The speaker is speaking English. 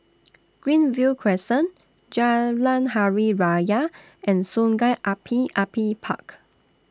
Greenview Crescent Jalan Hari Raya and Sungei Api Api Park